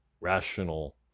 rational